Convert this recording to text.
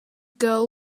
girl